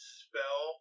spell